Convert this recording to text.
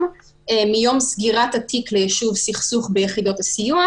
מיום סגירת התיק ליישוב סכסוך ביחידות הסיוע,